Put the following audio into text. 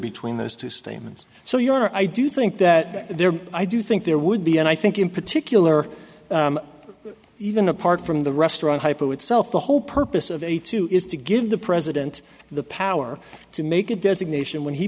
between those two statements so your honor i do think that there are i do think there would be and i think in particular even apart from the restaurant hypo itself the whole purpose of a two is to give the president the power to make a designation when he